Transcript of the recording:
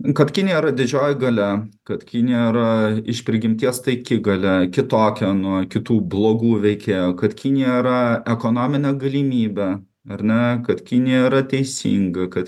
kad kinija yra didžioji galia kad kinija yra iš prigimties taiki galia kitokia nuo kitų blogų veikėjų kad kinija yra ekonominė galimybė ar ne kad kinija yra teisinga kad